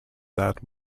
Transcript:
that